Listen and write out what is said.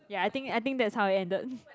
ya I think I think that's how it ended